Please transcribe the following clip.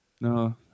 no